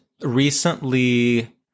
recently